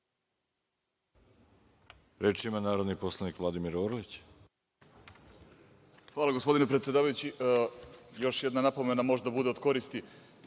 Reč ima narodni poslanik Vladimir Orlić. **Vladimir Orlić** Hvala, gospodine predsedavajući. Još jedna napomena možda bude od koristi.